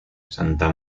santa